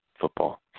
football